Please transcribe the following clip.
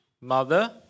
mother